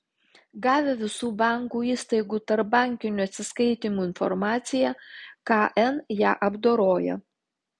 gavę visų bankų įstaigų tarpbankinių atsiskaitymų informaciją kn ją apdoroja